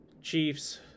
Chiefs